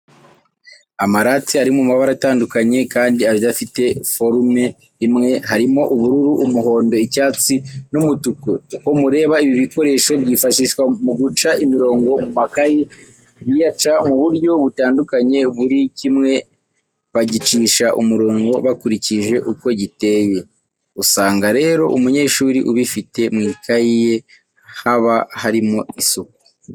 Amarate ari mumabara atandukanye kadi adafite forume imwe harimo ubururu, umuhondo, icyatsi,n,umutuku. uko mureba ibi bikoresho byifashishwa muguca imirongo mumakayi biyaca muburyo butandukanye buri kimwe bagicisha umurongo bakurikije uko giteye. usangarero umunyeshuri ubifite mwikayi ye haba harimo isuku.